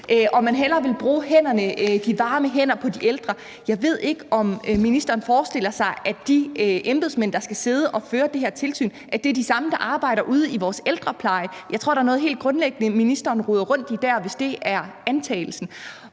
at man hellere vil sørge for, at der er varme hænder til de ældre. Jeg ved ikke, om ministeren forestiller sig, at det er de samme embedsmænd, som skal sidde og føre det her tilsyn, der skal arbejde ude i vores ældrepleje. Jeg tror, der er noget helt grundlæggende, ministeren roder sammen, hvis det er antagelsen.